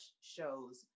shows